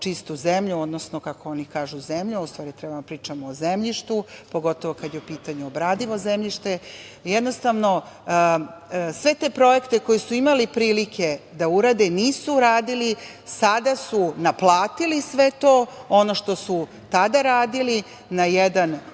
čistu zemlju, odnosno kako oni kažu - zemlju, a treba da pričamo o zemljištu, pogotovo kada je u pitanju obradivo zemljište. Jednostavno, sve te projekte koje su imali prilike da urade nisu uradili. Sada su naplatili sve to, ono što su tada radili, na jedan